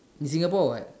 in Singapore or what